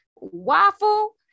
Waffle